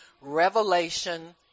revelation